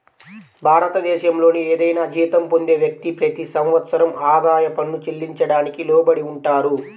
భారతదేశంలోని ఏదైనా జీతం పొందే వ్యక్తి, ప్రతి సంవత్సరం ఆదాయ పన్ను చెల్లించడానికి లోబడి ఉంటారు